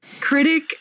Critic